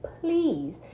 please